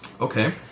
okay